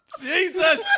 Jesus